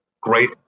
great